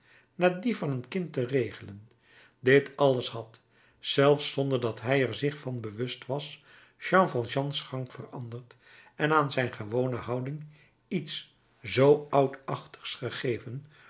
naar dien van een kind te regelen dit alles had zelfs zonder dat hij er zich van bewust was jean valjeans gang veranderd en aan zijn gewone houding iets zoo oudachtigs gegeven